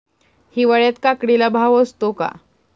हिवाळ्यात काकडीला भाव असतो का?